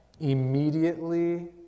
Immediately